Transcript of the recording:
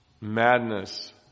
madness